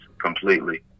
completely